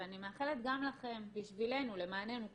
ואני מאחלת גם לכם, בשבילנו, למעננו כחברה,